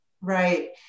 Right